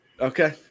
Okay